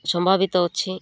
ସମ୍ଭାବିତ ଅଛି